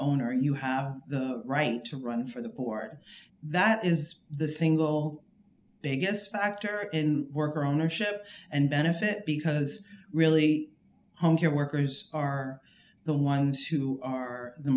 owner you have the right to run for the port that is the single biggest factor in work ownership and benefit because really home care workers are the ones who are the